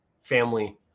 family